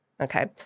Okay